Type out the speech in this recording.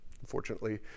Unfortunately